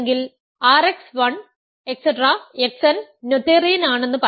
X n Noetherian ആണെന്ന് പറയാം